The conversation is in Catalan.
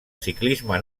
ciclisme